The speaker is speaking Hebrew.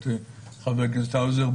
את חבר הכנסת האוזר,